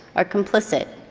are complicit.